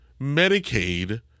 Medicaid